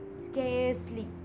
scarcely